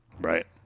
Right